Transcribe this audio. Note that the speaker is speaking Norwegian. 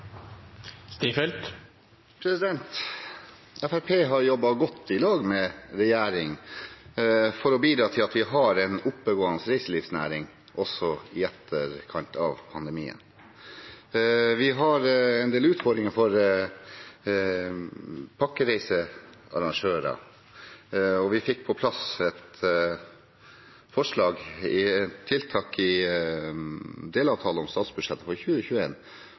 har jobbet godt i lag med regjeringen for å bidra til at vi har en oppegående reiselivsnæring også i etterkant av pandemien. Vi har en del utfordringer for pakkereisearrangører, og vi fikk på plass forslag til tiltak i en delavtale til statsbudsjettet for